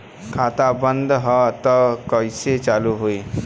खाता बंद ह तब कईसे चालू होई?